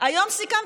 אולי בית סוהר